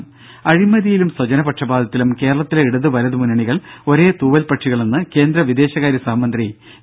ദേദ അഴിമതിയിലും സ്വജനപക്ഷപാതത്തിലും കേരളത്തിലെ ഇടത് വലത് മുന്നണികൾ ഒരേ തൂവൽപക്ഷികളെന്ന് കേന്ദ്ര വിദേശകാര്യ സഹമന്ത്രി വി